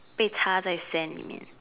被扎在 sand 里面